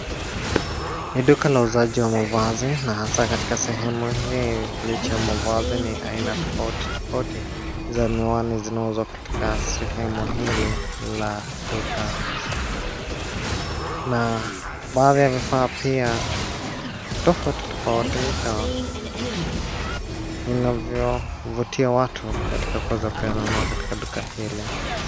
Ni duka la uuzaji wa mavazi na hasa katika sehemu hii licha ya mavazi ni aina tofauti tofauti za miwani zinazouzwa katika sehemu Ile la duka na baadhi ya vifaa pia tofauti tofauti vinavyovutia watu kuweza kununua katika duka hili.